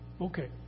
Okay